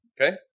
Okay